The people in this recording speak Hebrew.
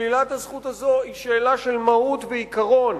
שלילת הזכות הזאת היא שאלה של מהות ועיקרון.